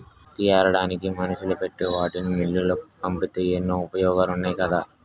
పత్తి ఏరడానికి మనుషుల్ని పెట్టి వాటిని మిల్లులకు పంపితే ఎన్నో ఉపయోగాలున్నాయి కదా